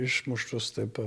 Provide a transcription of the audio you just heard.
išmuštus taip